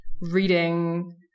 reading